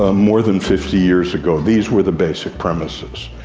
ah more than fifty years ago, these were the basic premises.